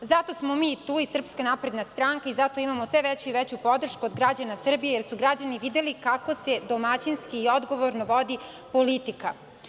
Zato smo mi tu i SNS, zato imamo sve veću i veću podršku od građana Srbije, jer su građani videli kako se domaćinski i odgovorno vodi politika.